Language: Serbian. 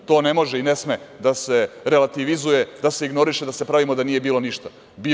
To ne može i ne sme da se relativizuje, da se ignoriše, da se pravimo da nije bilo ništa.